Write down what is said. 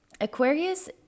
Aquarius